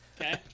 Okay